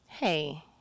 Hey